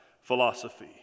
philosophy